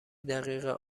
دقیق